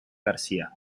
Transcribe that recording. garcía